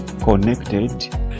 connected